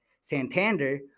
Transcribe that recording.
Santander